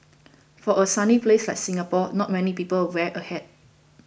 for a sunny place like Singapore not many people wear a hat